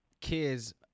kids